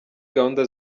gahunda